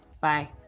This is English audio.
Bye